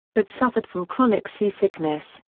but suffered from chronic seasickness.